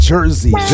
Jersey